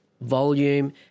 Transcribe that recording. volume